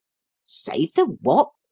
save the what?